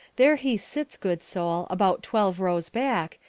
there he sits, good soul, about twelve rows back,